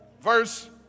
Verse